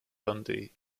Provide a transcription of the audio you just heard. dundee